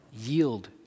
Yield